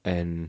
and